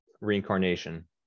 reincarnation